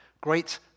Great